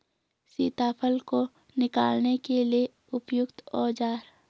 सीताफल को निकालने के लिए उपयुक्त औज़ार?